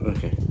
Okay